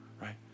Right